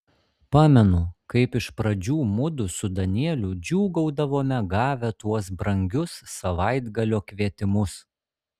pamenu kaip iš pradžių mudu su danieliu džiūgaudavome gavę tuos brangius savaitgalio kvietimus